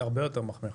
הרבה יותר מחמיר.